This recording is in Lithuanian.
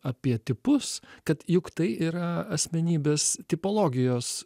apie tipus kad juk tai yra asmenybės tipologijos